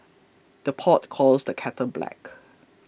the pot calls the kettle black